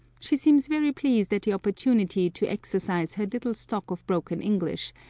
she seems very pleased at the opportunity to exercise her little stock of broken english,